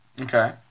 Okay